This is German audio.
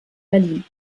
berlin